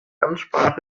amtssprache